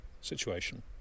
situation